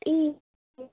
ए